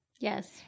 Yes